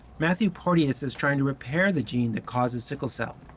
matthew porteus is trying to repair the gene that causes sickle cell.